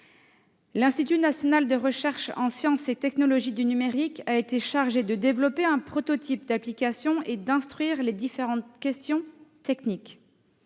L'Institut national de recherche en sciences et technologies du numérique (Inria) a été chargé de développer un prototype d'application et d'instruire les différentes questions techniques.